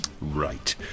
Right